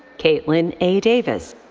caitlin a. davis.